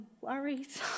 worries